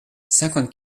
cinquante